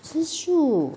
吃素